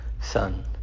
Son